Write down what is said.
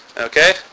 Okay